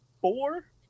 Four